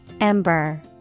Ember